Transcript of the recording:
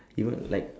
he will like